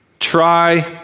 Try